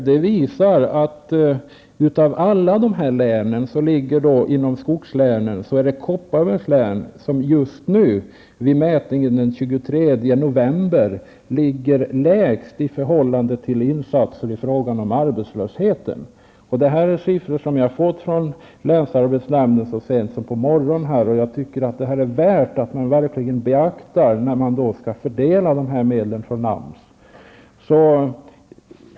Det visar att bland skogslänen var det just Kopparbergs län som vid mätningen den 23 november låg lägst i förhållande till insatser för arbetslösheten. Dessa siffror fick jag från länsarbetsnämnden i morse. Det är viktigt att man verkligen beaktar detta när man skall fördela medlen från AMS.